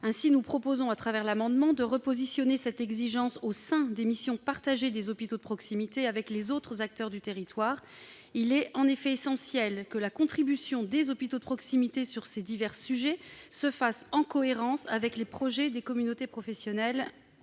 Ainsi, nous proposons de repositionner cette exigence au sein des missions partagées des hôpitaux de proximité avec les autres acteurs de santé du territoire. Il est en effet essentiel que la contribution des hôpitaux de proximité sur ces sujets se fasse en cohérence avec les projets des communautés professionnelles